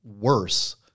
worse